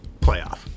playoff